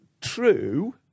true